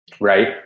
right